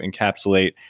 encapsulate